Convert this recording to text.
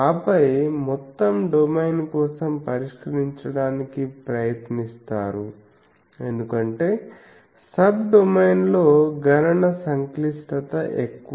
ఆపై మొత్తం డొమైన్ కోసం పరిష్కరించడానికి ప్రయత్నిస్తారు ఎందుకంటే సబ్డొమైన్లో గణన సంక్లిష్టత ఎక్కువ